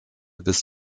bis